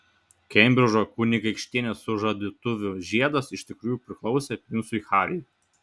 kembridžo kunigaikštienės sužadėtuvių žiedas iš tikrųjų priklausė princui hariui